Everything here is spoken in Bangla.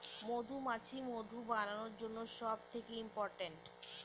মধুমাছি মধু বানানোর জন্য সব থেকে ইম্পোরট্যান্ট